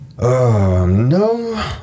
No